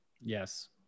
Yes